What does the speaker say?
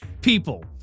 people